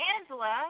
Angela